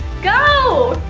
go!